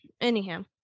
anyhow